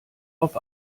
auf